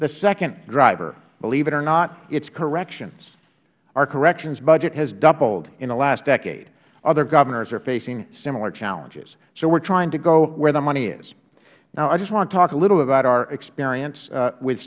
the second driver believe it or not is corrections our corrections budget has doubled in the last decade other governors are facing similar challenges so we are trying to go where the money is now i just want to talk a little about our experience